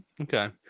Okay